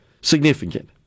significant